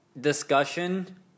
discussion